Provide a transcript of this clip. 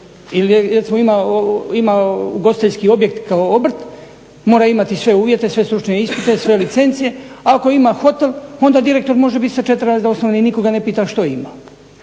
imao ugostiteljski objekt kao obrt mora imati sve uvjete, sve stručne ispite, sve licence. Ako ima hotel, onda direktor može biti sa 4 razreda osnovne i nitko ga ne pita što ima.